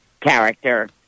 character